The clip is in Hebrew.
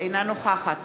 אינה נוכחת